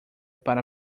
para